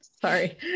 sorry